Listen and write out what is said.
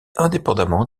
indépendamment